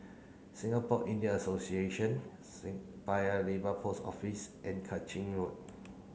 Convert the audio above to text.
Singapore India Association Paya Lebar Post Office and Kang Ching Road